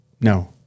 no